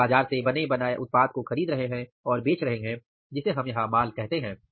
वह बाजार से बने बनाए उत्पाद को खरीद रहे हैं और बेच रहे हैं जिसे हम यहां माल कहते हैं